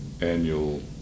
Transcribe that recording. annual